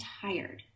tired